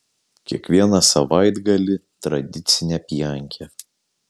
kiekvieną savaitgalį tradicinė pjankė